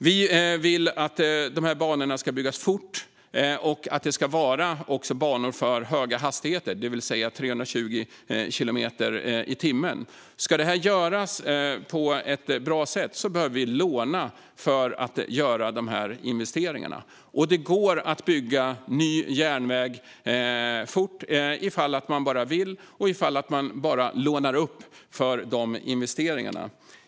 Vi vill att banorna ska byggas fort och att det ska vara banor för höga hastigheter, det vill säga 320 kilometer i timmen. Om det här ska göras på ett bra sätt behöver vi låna för att göra de här investeringarna. Och det går att bygga ny järnväg fort om man bara vill och om man bara lånar upp för investeringarna.